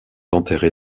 enterré